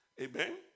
Amen